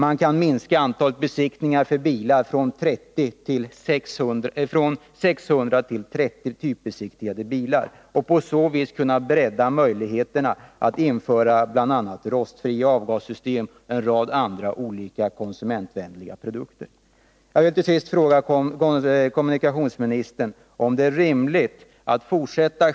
Man kan minska antalet besiktningar för bilar från 600 till 30 och på så sätt bredda möjligheterna att införa bl.a. rostfria avgassystem och en rad andra konsumentvänliga produkter.